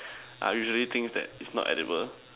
are usually things that is not edible